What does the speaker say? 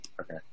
Okay